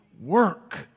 work